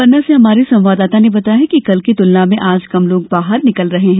पन्ना से हमारे संवाददाता ने बताया है कि कल की तुलना में आज कम लोग बाहर निकल रहे है